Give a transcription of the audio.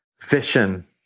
vision